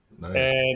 nice